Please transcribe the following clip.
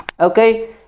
Okay